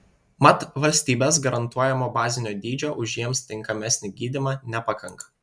mat valstybės garantuojamo bazinio dydžio už jiems tinkamesnį gydymą nepakanka